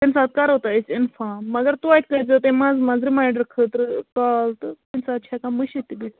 تَمہِ ساتہٕ کَرو تۄہہِ أسۍ اِنفارم مگر توتہِ کٔرۍزیٚو تُہۍ منٛزٕ منٛزٕ رِماینٛڈَر خٲطرٕ کال تہٕ کُنہِ ساتہٕ چھِ ہٮ۪کان مٔشِتھ تہِ گٔژھِتھ